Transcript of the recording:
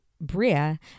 Bria